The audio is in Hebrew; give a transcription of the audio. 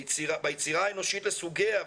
ביצירה האנושית לסוגיה,